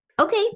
okay